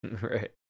right